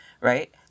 right